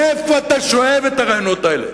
מאיפה אתה שואב את הרעיונות האלה?